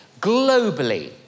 globally